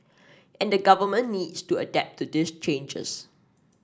and the government needs to adapt to these changes